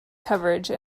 coverage